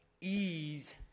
ease